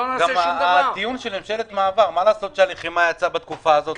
גם הטיעון של ממשלת מעבר מה לעשות שהלחימה יצאה בתקופה הזאת?